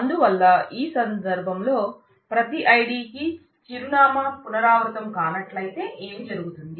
అందువల్ల ఆ సందర్భంలో ప్రతి ID కి చిరునామా పునరావృతం కానట్లయితే ఏమి జరుగుతుంది